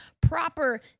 proper